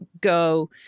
go